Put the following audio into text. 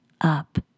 up